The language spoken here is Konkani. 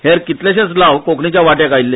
हेर कितलेशेच लाव कोंकणीच्या वांट्याक आयले